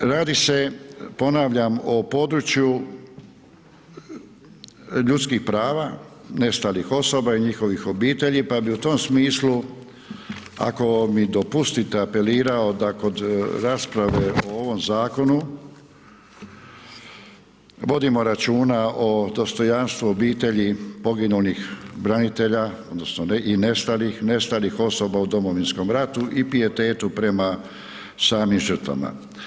Dakle, radi se ponavljam o području, ljudskih prava, nestalih osoba i njihovih obitelji, pa bi u tom smislu, ako mi dopustite, apelirao da kod rasprave o ovom zakonu, vodimo računa o dostojanstvu obitelji poginulih branitelja, odnosno, i nestalih, nestalih osoba u Domovinskom ratu i pijetetu prema samim žrtvama.